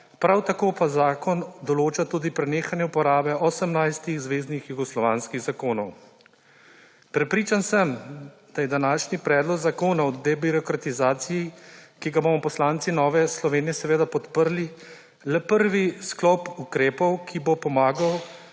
prav tako pa zakon določa tudi prenehanje uporabe 18 zveznih jugoslovanskih zakonov. Prepričan sem, da je današnji predlog zakona o debirokratizaciji, ki ga bomo poslanci Nove Slovenije seveda podprli, le prvi sklop ukrepov, ki bo pomagal